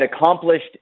accomplished